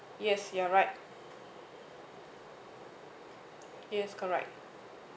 yes you're right yes correct